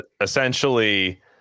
essentially